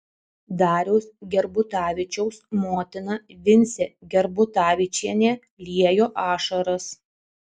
dariaus gerbutavičiaus motina vincė gerbutavičienė liejo ašaras